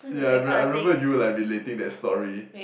yeah I r~ I remember you were like relating that story